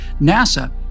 NASA